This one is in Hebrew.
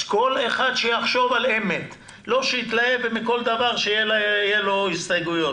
כל אחד שיחשוב על אמת ולא שיתלהב ומכל דבר תהיה לו הסתייגות.